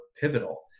pivotal